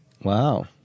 Wow